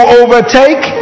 overtake